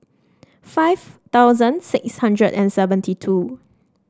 five thousand six hundred and seventy two